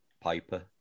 Piper